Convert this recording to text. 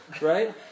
right